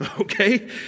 okay